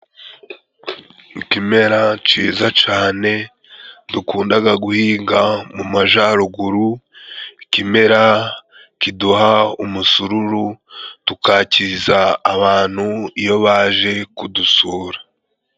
Ikimera ciza cane dukundaga guhinga mu majaruguru. Ikimera kiduha umusururu tukakiza abantu iyo baje kudusura.